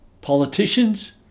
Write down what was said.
politicians